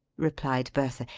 replied bertha.